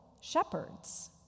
shepherds